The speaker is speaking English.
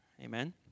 Amen